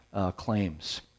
claims